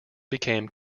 became